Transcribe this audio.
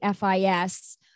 FIS